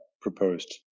proposed